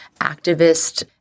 activist